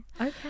Okay